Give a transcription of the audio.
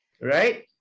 Right